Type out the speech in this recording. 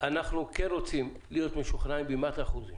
אנחנו כן רוצים להיות משוכנעים במאת האחוזים